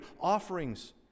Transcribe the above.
offerings